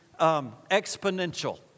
exponential